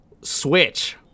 Switch